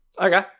Okay